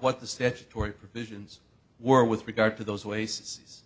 what the statutory provisions were with regard to those ways